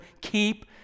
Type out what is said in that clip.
keep